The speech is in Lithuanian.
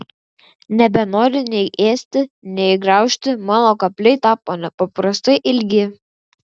nebenoriu nei ėsti nei graužti mano kapliai tapo nepaprastai ilgi